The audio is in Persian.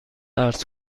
عرض